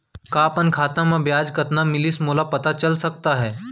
का अपन खाता म ब्याज कतना मिलिस मोला पता चल सकता है?